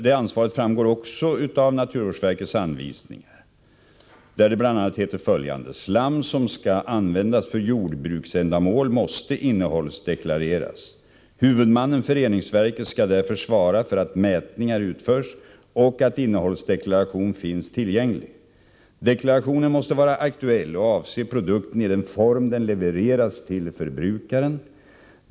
Detta ansvar framgår också av naturvårdsverkets anvisningar, där det bl.a. står följande: Slam som skall användas för jordbruksändamål måste innehållsdeklareras. Huvudmannen för reningsverket skall därför svara för att mätningar utförs och att innehållsdeklaration finns tillgänglig. Deklarationen måste vara aktuell och avse produkten i den form den levereras till förbrukaren.